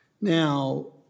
Now